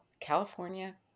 California